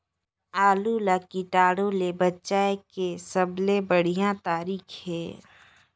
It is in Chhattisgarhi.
आलू ला कीटाणु ले बचाय के सबले बढ़िया तारीक हे?